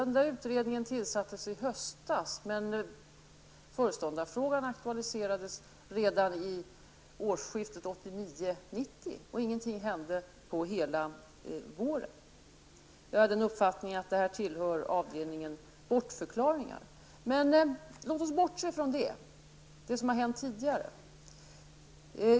Den utredningen tillsattes i höstas, men föreståndarfrågan aktualiserades redan vid årsskiftet 1989/90 och ingenting hände på hela våren. Jag har den uppfattningen att detta tillhör avdelningen bortförklaringar. Men låt oss bortse från det som har hänt tidigare.